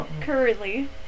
Currently